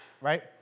right